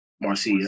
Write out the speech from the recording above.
Marcia